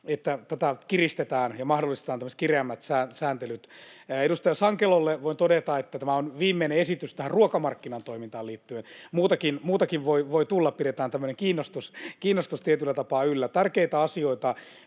että tätä kiristetään ja mahdollistetaan tämmöiset kireämmät sääntelyt. Edustaja Sankelolle voin todeta, että tämä on viimeinen esitys tähän ruokamarkkinan toimintaan liittyen. Muutakin voi tulla — pidetään tämmöinen kiinnostus tietyllä tapaa yllä. Tärkeä asia